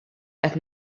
qed